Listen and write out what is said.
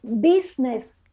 business